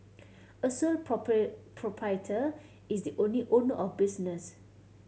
a sole proprietor is the only owner of business